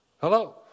Hello